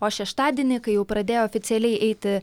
o šeštadienį kai jau pradėjo oficialiai eiti